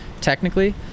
technically